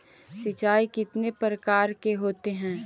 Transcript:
सिंचाई कितने प्रकार के होते हैं?